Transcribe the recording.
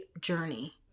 journey